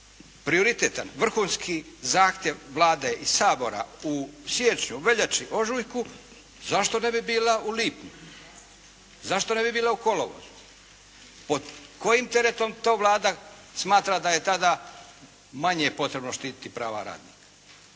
prioritetan, vrhunski zahtjev Vlade i Sabora u siječnju, veljači, ožujku, zašto ne bi bila u lipnju? Zašto ne bi bila u kolovozu? Pod kojim teretom to Vlada smatra da je tada manje potrebno štititi prava radnika?